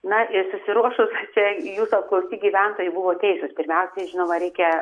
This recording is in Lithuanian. na ir susiruošus čia jūsų apklausti gyventojai buvo teisūs pirmiausiai žinoma reikia